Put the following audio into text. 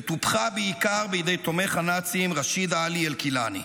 וטופחה בעיקר בידי תומך הנאצים רשיד עאלי אל-כילאני.